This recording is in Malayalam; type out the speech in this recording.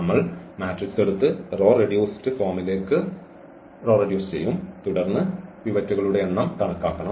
നമ്മൾ മാട്രിക്സ് എടുത്ത് റോ റെഡ്യൂസ്ഡ് ഫോമിലേക്ക് റോ റെഡ്യൂസ് ചെയ്യും തുടർന്ന് പിവറ്റുകളുടെ എണ്ണം കണക്കാക്കണം